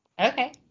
Okay